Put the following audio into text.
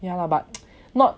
yeah lah but not